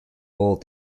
all